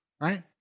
Right